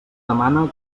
demana